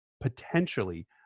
potentially